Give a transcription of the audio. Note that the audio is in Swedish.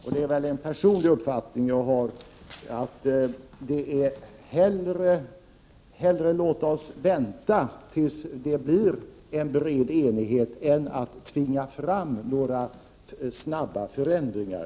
Min personliga uppfattning är denna: Låt oss hellre vänta tills det blir en bred enighet än att tvinga fram några snabba förändringar.